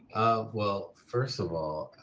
well, first of all,